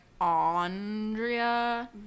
Andrea